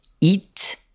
eat